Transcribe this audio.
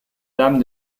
dame